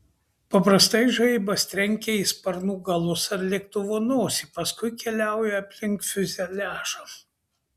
paprastai žaibas trenkia į sparnų galus ar lėktuvo nosį paskui keliauja aplink fiuzeliažą